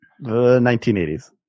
1980s